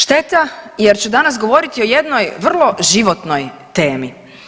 Šteta jer ću danas govoriti o jednoj vrlo životnoj temi.